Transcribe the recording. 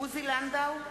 עוזי לנדאו,